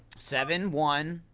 seven, one,